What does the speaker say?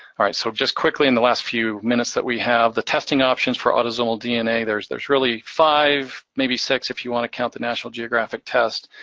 all right, so just quickly in the last few minutes that we have, the testing options for autosomal dna, there's there's really five, maybe six if you want to count the national geographic test.